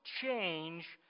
change